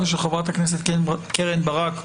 ושל חה"כ קרן ברק,